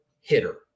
hitter